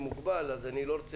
הזה,